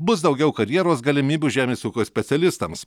bus daugiau karjeros galimybių žemės ūkio specialistams